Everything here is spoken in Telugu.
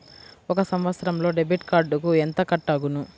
ఒక సంవత్సరంలో డెబిట్ కార్డుకు ఎంత కట్ అగును?